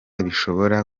bishobora